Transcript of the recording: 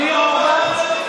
אורבך,